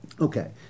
Okay